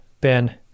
Ben